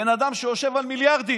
בן אדם שיושב על מיליארדים,